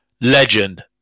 Legend